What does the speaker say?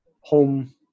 home